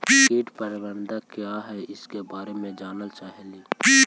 कीट प्रबनदक क्या है ईसके बारे मे जनल चाहेली?